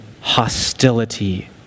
hostility